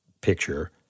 picture